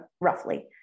roughly